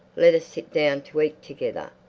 let us sit down to eat together.